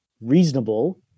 reasonable